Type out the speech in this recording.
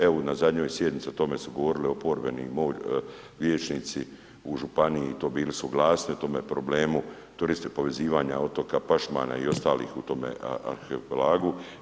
Evo na zadnjoj sjednici o tome su govorili oporbeni ... vijećnici u županiji bili su glasni o tome problemu, turisti povezivanja otoka Pašmama i ostalih u tome arhipelagu.